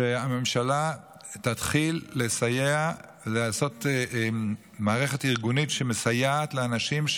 שהממשלה תתחיל לסייע ולעשות מערכת ארגונית שמסייעת לאנשים.